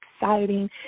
exciting